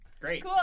Great